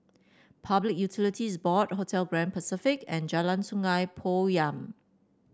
Public Utilities Board Hotel Grand Pacific and Jalan Sungei Poyan